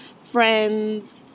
friends